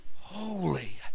holy